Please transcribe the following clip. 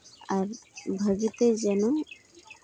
ᱟᱨ ᱵᱷᱟᱹᱜᱤᱛᱮ ᱡᱮᱱᱚ